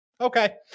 Okay